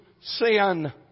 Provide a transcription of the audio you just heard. sin